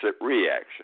reaction